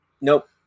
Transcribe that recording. Nope